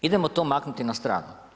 Idemo to maknuti na stranu.